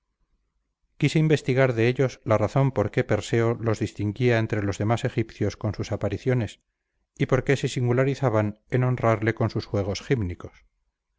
quise investigar de ellos la razón por qué perséo los distinguía entre los demás egipcios con sus apariciones y por qué se singularizaban en honrarle con sus juegos gímnicos